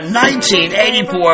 1984